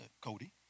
Cody